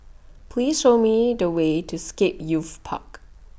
Please Show Me The Way to Scape Youth Park